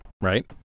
right